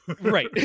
Right